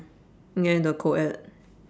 get into a co-ed